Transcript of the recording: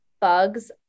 bugs